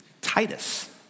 Titus